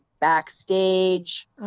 backstage